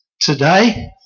today